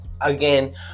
again